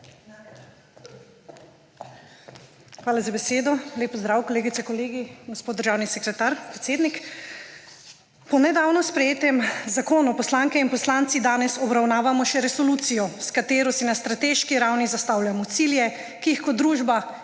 Hvala za besedo. Lep pozdrav, kolegice, kolegi, gospod državni sekretar, predsednik! Po nedavno sprejetem zakonu poslanke in poslanci danes obravnavamo še resolucijo, s katero si na strateški ravni zastavljamo cilje, ki jih kot družba